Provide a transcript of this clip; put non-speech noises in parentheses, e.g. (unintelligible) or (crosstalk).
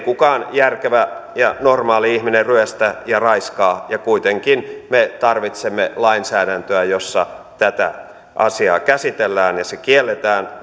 (unintelligible) kukaan järkevä ja normaali ihminen ryöstä ja raiskaa ja kuitenkin me tarvitsemme lainsäädäntöä jossa tätä asiaa käsitellään ja se kielletään (unintelligible)